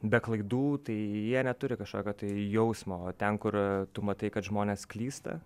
be klaidų tai jie neturi kažkokio tai jausmo o ten kur tu matai kad žmonės klysta